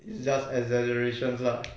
it's just exaggerations lah